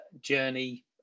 journey